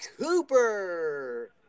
Cooper